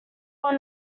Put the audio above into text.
were